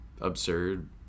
absurd